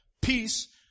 peace